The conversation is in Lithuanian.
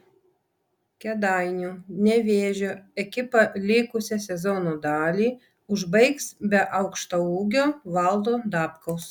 kėdainių nevėžio ekipa likusią sezono dalį užbaigs be aukštaūgio valdo dabkaus